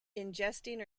ingesting